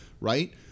right